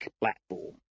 platform